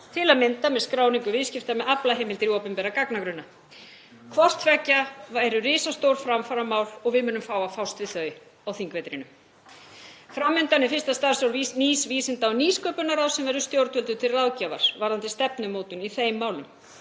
til að mynda með skráningu viðskipta með aflaheimildir í opinbera gagnagrunna. Hvort tveggja væru risastór framfaramál og við munum fá að fást við þau á þingvetrinum. Fram undan er fyrsta starfsár nýs Vísinda- og nýsköpunarráðs sem verður stjórnvöldum til ráðgjafar varðandi stefnumótun í þeim málum.